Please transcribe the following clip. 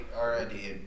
already